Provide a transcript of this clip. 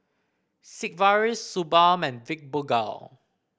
Sigvaris Suu Balm and Fibogel